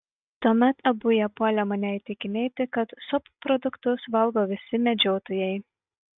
tuomet abu jie puolė mane įtikinėti kad subproduktus valgo visi medžiotojai